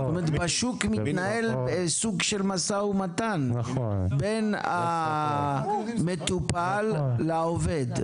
זאת אומרת בשוק מתנהל סוג של משא ומתן בין המטופל לעובד?